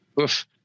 Oof